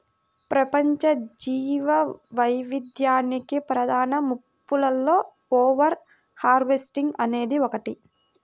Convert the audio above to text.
ప్రపంచ జీవవైవిధ్యానికి ప్రధాన ముప్పులలో ఓవర్ హార్వెస్టింగ్ అనేది ఒకటి